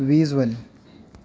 visual